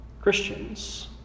Christians